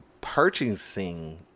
purchasing